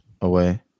away